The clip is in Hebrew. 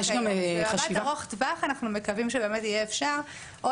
במבט ארוך טווח אנחנו מקווים שבאמת יהיה אפשר או